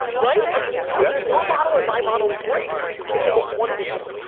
right? i mean your ah your model and my model break if they make one video.